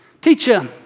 Teacher